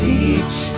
Teach